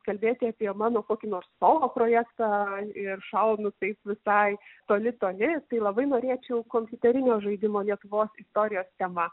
kalbėti apie mano kokį nors solo projektą ir šaunu taip visai toli toli tai labai norėčiau kompiuterinio žaidimo lietuvos istorijos tema